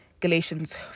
Galatians